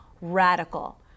radical